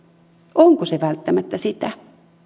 onko se välttämättä sitä